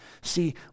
See